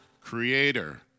Creator